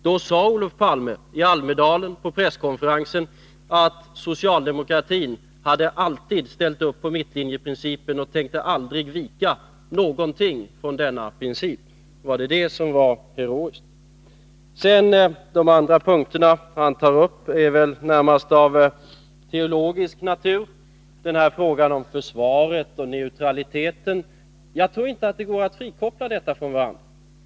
Då sade Olof Palme på presskonferens i Almedalen att socialdemokratin alltid har ställt upp bakom mittlinjeprincipen och aldrig tänkt vika från denna princip. Var det det heroiska? De andra punkterna han tar upp — frågorna om försvaret och neutraliteten —är väl närmast av teologisk natur. Jag tror inte att det går att frikoppla dessa frågor från varandra.